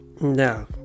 No